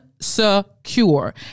secure